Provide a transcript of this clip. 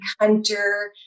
hunter